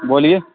بولیے